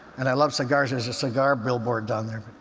and i love cigars there's a cigar billboard down there.